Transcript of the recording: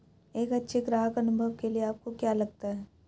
एक अच्छे ग्राहक अनुभव के लिए आपको क्या लगता है?